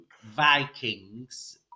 Vikings